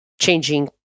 changing